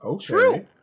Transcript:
true